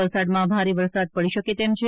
વલસાડમાં ભારે વરસાદ પડી શકે તેમ છે